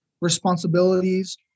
responsibilities